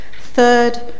Third